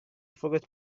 forgot